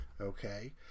okay